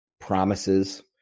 promises